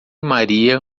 maria